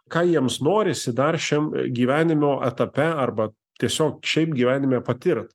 ką jiems norisi dar šiam gyvenimo etape arba tiesiog šiaip gyvenime patirt